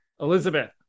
Elizabeth